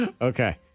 Okay